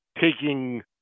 taking